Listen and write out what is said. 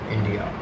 India